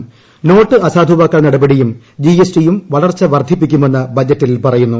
note അസാധുവാക്കൽ നടപടിയും G S T യും വളർച്ച വർദ്ധിപ്പിക്കുമെന്ന് ബജറ്റിൽ പറയുന്നു